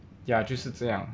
ya 就是这样